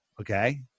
Okay